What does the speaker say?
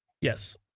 Yes